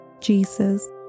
Jesus